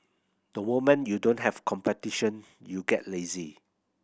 the moment you don't have competition you get lazy